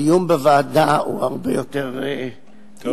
דיון בוועדה הוא הרבה יותר ענייני.